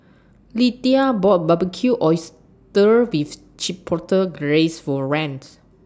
Lidie bought Barbecued Oysters with Chipotle Glaze For Rands